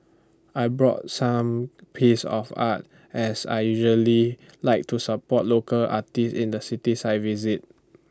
I bought some piece of art as I usually like to support local arty in the cities I visit